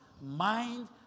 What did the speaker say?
mind